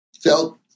felt